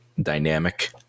dynamic